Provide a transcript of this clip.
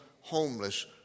homeless